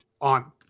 on